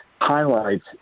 highlights